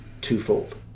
twofold